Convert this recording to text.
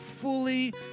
fully